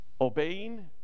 Obeying